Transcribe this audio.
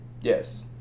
Yes